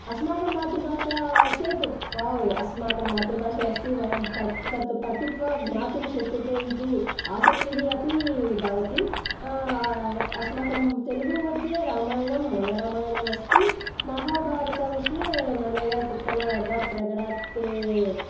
अस्माकं मातृभाषा चेत् वाव् अस्माकं मातृभाषया अस्ति वयं तत् पठित्वा ज्ञातुं शक्यते इति आसक्तिः अपि भवति अस्माकं तेलुगु मध्ये रामायणं मूलरामायणम् अस्ति महाभारतविषये नन्नया तिक्कणा यरड प्रेगडा